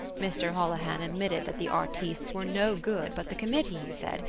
mr. holohan admitted that the artistes were no good but the committee, he said,